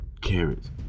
carrots